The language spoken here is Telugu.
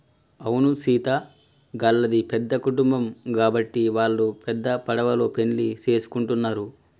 అవును సీత గళ్ళది పెద్ద కుటుంబం గాబట్టి వాల్లు పెద్ద పడవలో పెండ్లి సేసుకుంటున్నరు